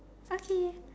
okay